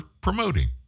promoting